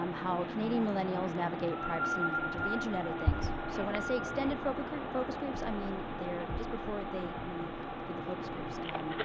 um how canadian millennials navigate privacy in the age of the internet of things. so when i say extended foco grou focus groups, i mean they're, just before they, we did the focus groups, um,